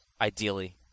ideally